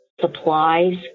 supplies